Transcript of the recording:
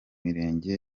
mirenge